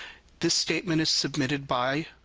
this statement is submitted by,